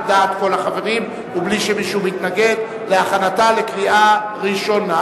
כי הוועדה המיועדת היא ועדת הפנים.